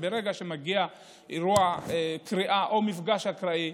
שברגע שמגיע אירוע קריאה או מפגש אקראי,